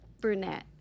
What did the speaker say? brunette